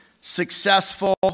successful